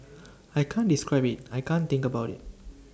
I can't describe IT I can't think about IT